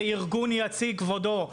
זה ארגון יציג כבודו.